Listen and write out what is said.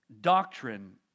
doctrine